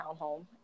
townhome